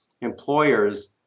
employers